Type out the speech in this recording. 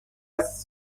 هست